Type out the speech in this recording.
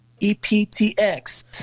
EPTX